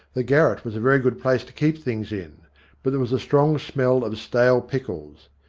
the garret was a very good place to keep things in but there was a strong smell of stale pickles.